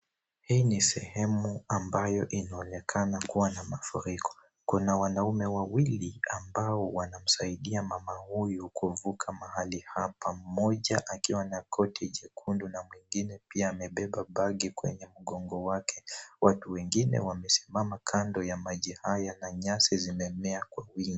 Hii ni sehemu ambayo inaonekana kuwa na mafuriko. Kuna wanaume wawili ambao wanamsaidia mama huyu kuvuka mahali hapa mmoja akiwa na koti jekundu na mwingine pia amebeba bagi kwenye mgongo wake. Watu wengine wamesimama kando ya maji haya na nyasi zimemea kwa wingi.